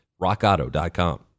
rockauto.com